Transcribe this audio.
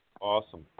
Awesome